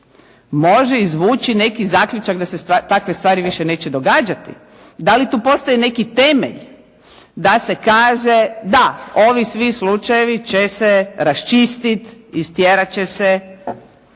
može izvući neki zaključak da se takve stvari više neće događati. Da li tu postoji neki temelj da se kaže, da ovi svi slučajevi će se raščistit, istjerat će se